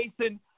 Jason